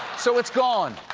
so it's gone.